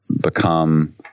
become